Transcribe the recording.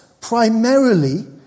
primarily